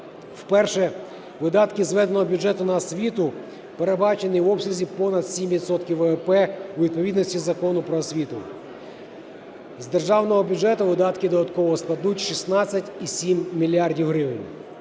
Вперше видатки зведеного бюджету на освіту передбачені в обсязі понад 7 відсотків ВВП у відповідності до Закону "Про освіту". З державного бюджету видатки додатково складуть 16,7 мільярда